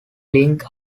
link